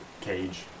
cage